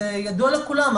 ידוע לכולם,